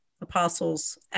apostles